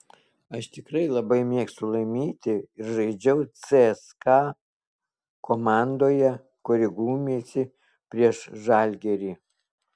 aš tikrai labai mėgstu laimėti ir žaidžiau cska komandoje kuri grūmėsi prieš žalgirį